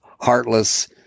heartless